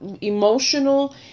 emotional